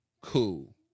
Cool